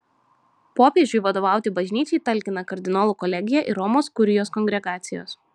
popiežiui vadovauti bažnyčiai talkina kardinolų kolegija ir romos kurijos kongregacijos